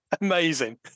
amazing